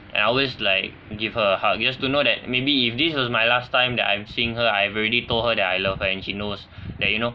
and I always like give her a hug just to know that maybe if this is my last time that I'm seeing her I've already told her that I love her and she knows that you know